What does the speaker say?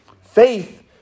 Faith